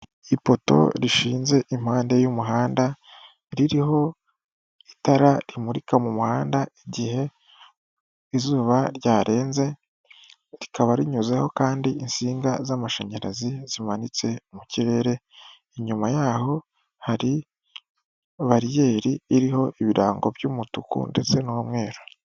Ipoto rishinze impande y'umuhanda, ririho itara rimurika mu muhanda igihe izuba ryarenze, rikaba rinyuzeho kandi insinga z'amashanyarazi zimanitse mu kirere, inyuma yaho hari bariyeri iriho ibirango by'umutuku ndetse n'umweru.